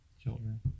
children